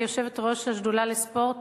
כיושבת-ראש השדולה לספורט,